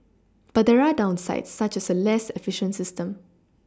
but there are downsides such as a less efficient system